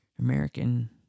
American